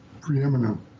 preeminent